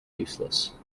useless